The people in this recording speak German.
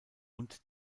und